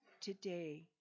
today